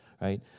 right